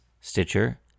Stitcher